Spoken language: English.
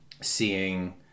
seeing